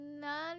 None